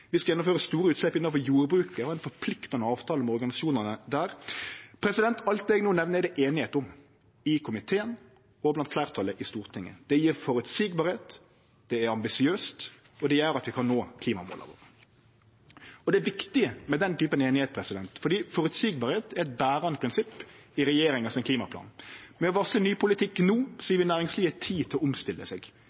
Vi skal gjennomføre store utsleppskutt innanfor jordbruket og har ein forpliktande avtale med organisasjonane der. Alt det eg no nemner, er det einigheit om – i komiteen og blant fleirtalet i Stortinget. Det gjev føreseielegheit, det er ambisiøst, og det gjer at vi kan nå klimamåla våre. Og det er viktig med den typen einigheit, for føreseielegheit er eit berande prinsipp i regjeringa sin klimaplan. Ved å varsle ny politikk no gjev vi næringslivet tid til å omstille seg.